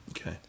okay